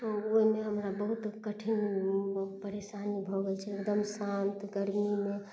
ओहिमे हमरा बहुत कठिन परेशानी भऽ गेल छै एकदम शान्त गर्मीमे